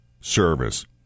service